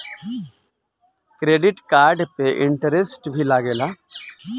Credit card पे interest भी लागेला?